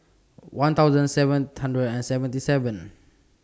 one thousand seven hundred and seventy seven